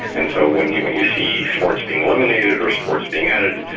and so when you when you see sports being eliminated or sports being added,